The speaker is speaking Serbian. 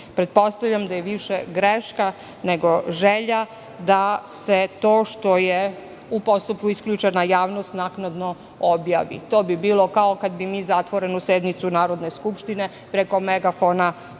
pretpostavljam da je više greška nego želja da se to što je u postupku isključena javnost naknadno objavi. To bi bilo kao kada bi mi zatvorenu sednicu Narodne skupštine preko megafona pustili